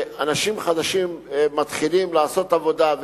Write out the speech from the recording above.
אנשים חדשים מתחילים לעשות עבודה,